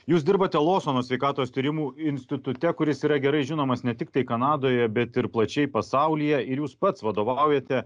jūs dirbate losono sveikatos tyrimų institute kuris yra gerai žinomas ne tiktai kanadoje bet ir plačiai pasaulyje ir jūs pats vadovaujate